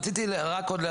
בוודאי.